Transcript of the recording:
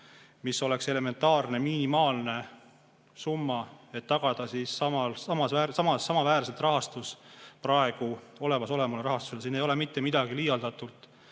mis oleks elementaarne minimaalne summa, et tagada samaväärne rahastus praegu olemasoleva rahastusega. Siin ei ole mitte midagi liialdatut.